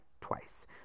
twice